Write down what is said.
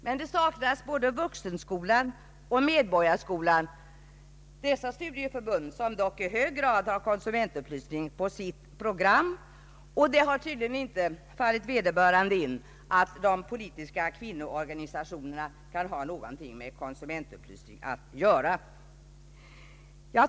Men det saknas representanter för både Vuxenskolan och Medborgarskolan, som dock i hög grad har konsumentupplysning på sina program. Det har tydligen inte heller fallit vederbörande in att de politiska kvinnoorganisationerna utanför socialdemokratin kan ha något med konsumentupplysning att göra.